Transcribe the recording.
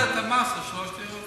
אז שיבטל את המס על שלוש דירות.